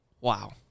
Wow